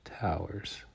towers